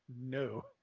No